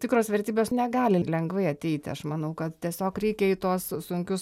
tikros vertybės negali lengvai ateiti aš manau kad tiesiog reikia į tuos sunkius